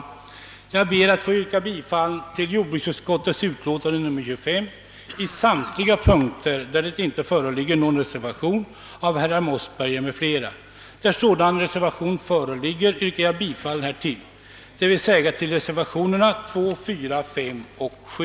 Jag ber att få yrka bifall till jordbruksutskottets hemställan i samtliga punkter där det inte föreligger någon reservation av herr Mossberger m.fl. Där sådan reservation föreligger ber jag att få yrka bifall till densamma. Jag yrkar sålunda bifall till reservationerna 2, 4 a, 5 och 7.